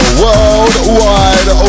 worldwide